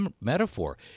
metaphor